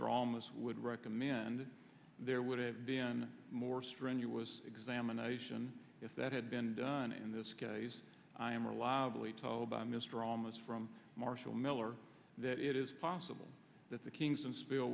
traumas would recommend there would have been more strenuous examination if that had been done in this case i am or loudly told by mr ramos from marshall miller that it is possible that the kingston spill